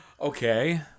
Okay